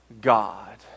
God